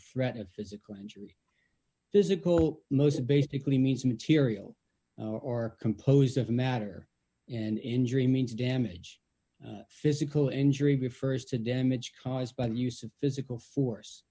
threat of physical injury physical most basically means material or composed of matter and injury means damage physical injury refers to damage caused by the use of physical force